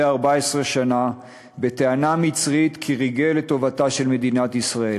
14 שנה בטענה מצרית כי ריגל לטובתה של מדינת ישראל.